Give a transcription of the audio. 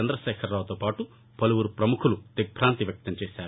చందశేఖరరావుతో పాటు పలువురు పముఖులు దిగ్భాంతి వ్యక్తం చేశారు